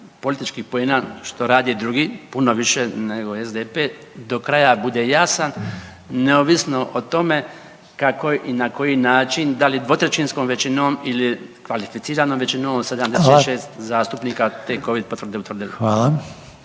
političkih poena što rade drugi puno više nego SDP do kraja bude jasan neovisno o tome kako i na koji način da li 2/3 većinom ili kvalificiranom većinom od 76 …/Upadica: Hvala./… zastupnika te Covid potvrde utvrde.